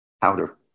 powder